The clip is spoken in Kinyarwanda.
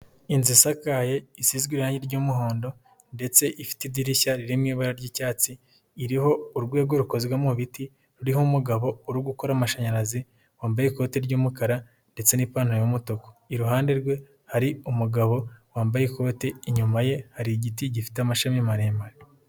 Inzu isakaye isizwe irangi ry'umuhondo ndetse ifite idirishya riri mu ibara ry'icyatsi, iriho urwego rukozwe mu ibiti, ruriho umugabo uri gukora amashanyarazi wambaye ikoti ry'umukara ndetse n'ipantaro y'umutuku, iruhande rwe hari umugabo wambaye ikoti, inyuma ye hari igiti gifite amashami maremare.